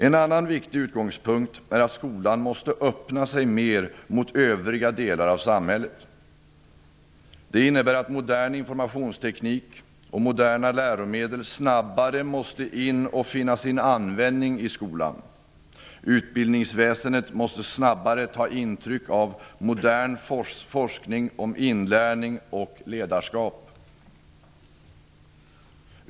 En annan viktig utgångspunkt är att skolan måste öppna sig mer mot övriga delar av samhället. Det innebär att modern informationsteknik och moderna läromedel snabbare måste in och finna sin användning i skolan. Utbildningsväsendet måste snabbare ta intryck av modern forskning om inlärning och ledarskap.